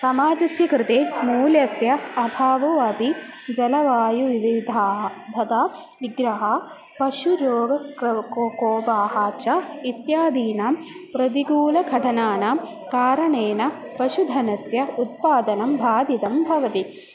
समाजस्य कृते मूल्यस्य अभावो अपि जलवायुविविधाः तदा विग्रहः पशुरोगक्रौ को कोपाः च इत्यादीनां प्रतिकूलखटनानां कारणेन पशुधनस्य उत्पादनं बाधितं भवति